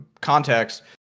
context